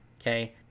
Okay